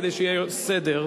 כדי שיהיה סדר,